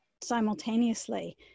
simultaneously